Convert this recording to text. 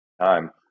time